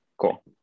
Cool